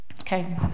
Okay